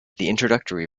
introductory